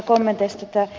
tämä ed